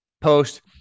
post